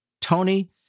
Tony